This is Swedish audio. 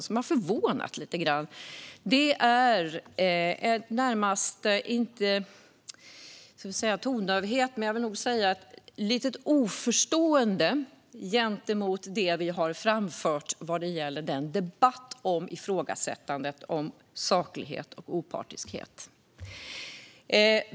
De har också förvånat oss lite grann. Det finns en . jag vill inte säga en tondövhet men lite av en oförståelse inför det vi framfört när det gäller debatten om ifrågasättandet av saklighet och opartiskhet.